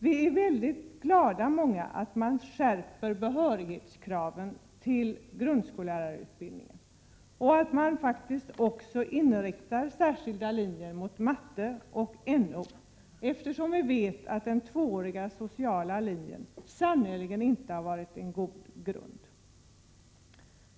Vi är många som är glada att man skärper kraven för behörighet till grundskollärarutbildningen och att man också inriktar särskilda linjer mot matematik och NO, eftersom vi vet att den tvååriga sociala linjen sannerligen inte varit någon god grund.